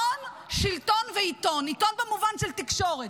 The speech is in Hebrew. הון, שלטון ועיתון, עיתון במובן של תקשורת.